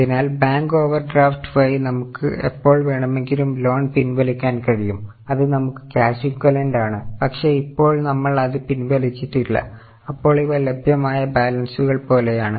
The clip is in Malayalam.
അതിനാൽ ബാങ്ക് ഓവർഡ്രാഫ്റ്റ് വഴി നമുക്ക് എപ്പോൾ വേണമെങ്കിലും ലോൺ പിൻവലിക്കാൻ കഴിയും അത് നമുക്ക് ക്യാഷ് ഇക്വലൻറ്റ് ആണ് പക്ഷേ ഇപ്പോൾ നമ്മൾ അത് പിൻവലിച്ചിട്ടില്ല അപ്പോൾ ഇവ ലഭ്യമായ ബാലൻസുകൾ പോലെയാണ്